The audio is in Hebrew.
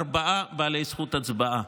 ארבעה בעלי זכות הצבעה.